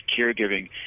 caregiving